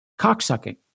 cocksucking